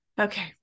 Okay